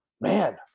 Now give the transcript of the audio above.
man